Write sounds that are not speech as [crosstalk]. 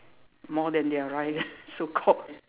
more than their rice [laughs] so called